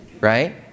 right